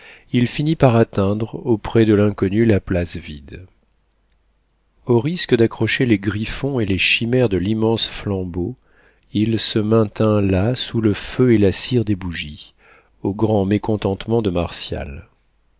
il finit par atteindre auprès de l'inconnue la place vide au risque d'accrocher les griffons et les chimères de l'immense flambeau il se maintint là sous le feu et la cire des bougies au grand mécontentement de martial